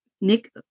nick